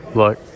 look